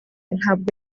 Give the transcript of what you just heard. ntabwo